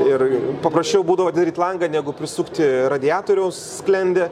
ir paprasčiau būdavo atidaryt langą negu prisukti radiatoriaus sklendę